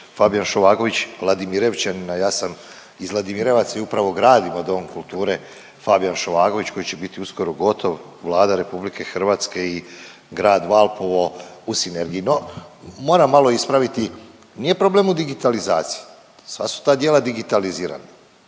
Fabijan Šovagović Vladimirevčanima, a ja sam iz Vladimirevaca i upravo gradimo Dom kulture Fabijan Šovagović koji će biti uskoro gotovo, Vlada RH i grad Valpovo u sinergiji. No, moram malo ispraviti nije problem u digitalizaciji, sva su ta djela digitalizirana,